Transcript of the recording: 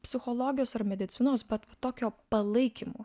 psichologijos ar medicinos bet tokio palaikymo